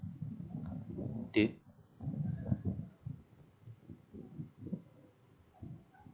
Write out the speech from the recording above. they